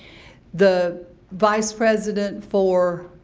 the vice president for.